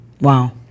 Wow